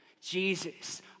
Jesus